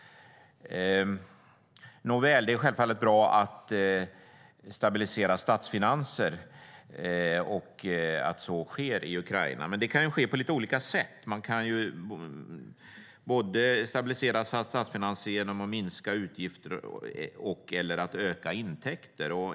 Nåväl, det är självfallet bra att stabilisera statsfinanser, och det är bra att så sker i Ukraina. Men det kan ske på lite olika sätt. Man kan stabilisera statsfinanser både genom att minska utgifter och att öka intäkter.